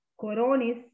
Coronis